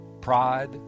Pride